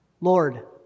Lord